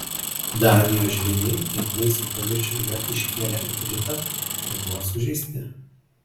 danijos žvejai tinklais į paviršių yra iškėlę ipritą ir buvo sužeisti